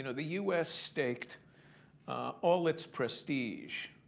you know the u s. staked all its prestige